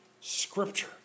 scripture